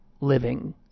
living